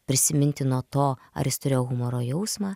prisiminti nuo to ar jis turėjo humoro jausmą